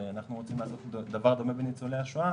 ואנחנו רוצים להביא דבר דומה עם ניצולי השואה,